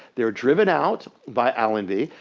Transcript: they are driven out by allenby,